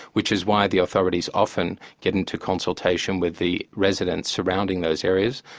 which is why the authorities often get into consultation with the residents surrounding those areas,